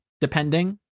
depending